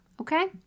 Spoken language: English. Okay